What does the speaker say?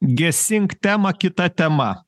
gesint temą kita tema